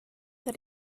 that